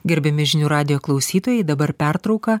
gerbiami žinių radijo klausytojai dabar pertrauka